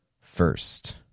first